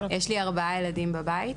יש לי ארבעה ילדים בבית.